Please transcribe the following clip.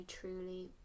truly